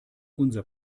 unser